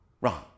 Wrong